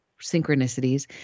synchronicities